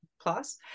plus